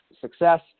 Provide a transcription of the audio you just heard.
success